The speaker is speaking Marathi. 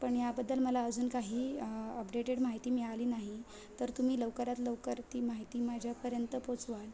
पण याबद्दल मला अजून काही अपडेटेड माहिती मिळाली नाही तर तुम्ही लवकरात लवकर ती माहिती माझ्यापर्यंत पोचवाल